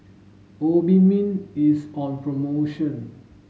Obimin is on promotion